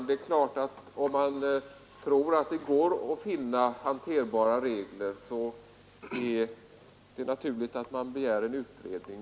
Herr talman! Om man tror att det går att få fram hanterbara regler, är det naturligt att man begär en utredning.